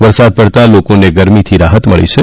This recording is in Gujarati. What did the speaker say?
વરસાદ પડતા લોકોને ગરમીથી રાહત મળી છે